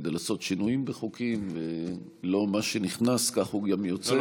כדי לעשות שינויים בחוק ולא מה שנכנס כך הוא גם יוצא,